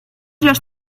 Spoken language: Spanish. los